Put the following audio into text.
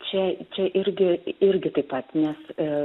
čia čia irgi irgi taip pat nes